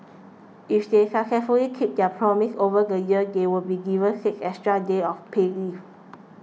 if they successfully keep their promise over the year they'll be given six extra days of paid leave